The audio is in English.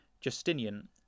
Justinian